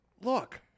Look